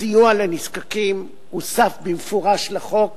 הסיוע לנזקקים הוסף במפורש לחוק,